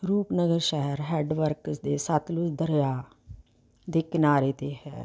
ਰੂਪਨਗਰ ਸ਼ਹਿਰ ਹੈੱਡਵਰਕਰਸ ਦੇ ਸਤਲੁਜ ਦਰਿਆ ਦੇ ਕਿਨਾਰੇ 'ਤੇ ਹੈ